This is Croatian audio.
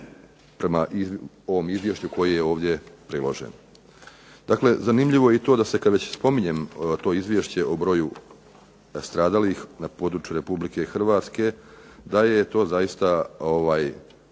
prema ovom izvješću koje je ovdje priloženo. Dakle, zanimljivo je i to kada već spominjem to izvješće o broju stradalih na području Republike Hrvatske da je to zaista kako